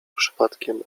przypadkiem